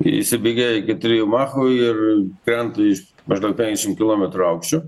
įsibėgėja iki trijų machų ir krenta iš maždaug penkiašim kilometrų aukščio